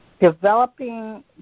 developing